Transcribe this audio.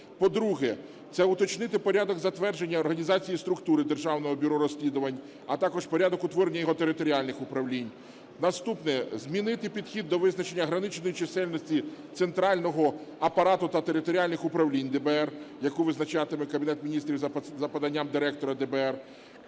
По-друге, це уточнити порядок затвердження організації структури Державного бюро розслідувань, а також порядок утворення його територіальних управлінь. Наступне, змінити підхід до визначення граничної чисельності центрального апарату та територіальних управлінь ДБР, яку визначатиме Кабінет Міністрів за поданням директора ДБР,